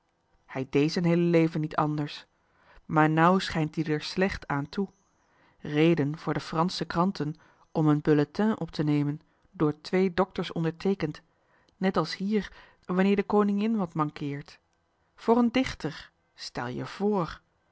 hij dee z'en heele leven niet anders maar nou schijnt ie d'er slecht aan toe reden voor de fransche kranten om en bulletin op te nemen door twee dokters onderteekend net als hier als de koningin wat mankeert voor een dichter stel je voor